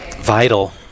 vital